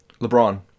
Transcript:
LeBron